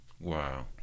Wow